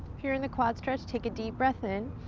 if you're in the quad stretch, take a deep breath in.